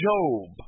Job